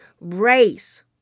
race